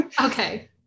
Okay